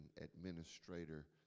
administrator